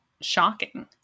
shocking